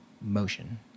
motion